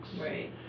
Right